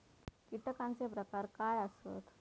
कीटकांचे प्रकार काय आसत?